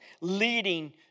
leading